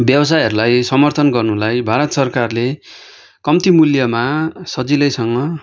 व्यावसायहरूलाई समर्थन गर्नुलाई भारत सरकारले कम्ती मूल्यमा सजिलैसँग